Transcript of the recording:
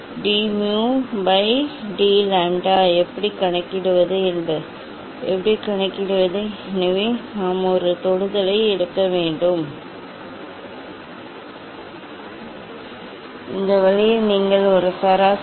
d mu by d lambda எப்படி கணக்கிடுவது எப்படி கணக்கிடுவது எனவே நாம் ஒரு தொடுதலை எடுக்க வேண்டும் ஒரு குறிப்பிட்ட அலைநீளத்தில் ஒரு தொடுகோட்டை எடுக்க வேண்டும் இது d mu ஆக இருக்கும் இது d lambda right del mu by இந்த அலைநீளத்திற்கான டெல் லாம்ப்டா